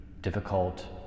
difficult